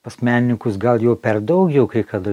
pas menininkus gal jau per daugiau jau kai kad